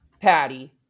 Patty